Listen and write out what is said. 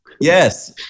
Yes